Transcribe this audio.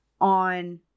on